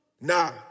Nah